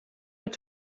mit